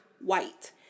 white